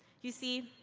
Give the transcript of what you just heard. you see,